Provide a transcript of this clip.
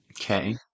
Okay